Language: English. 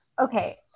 okay